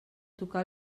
tocar